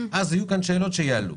אז יהיו כאן שאלות שיעלו.